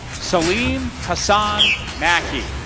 selime hassan mackie